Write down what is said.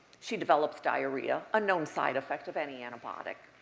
she develops diarrhea, a known side effect of any antibiotic.